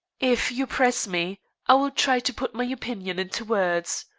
if you press me i will try to put my opinion into words.